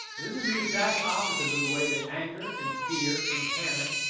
this is the exact opposite of the way that anger and fear and panic,